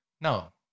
No